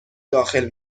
داخل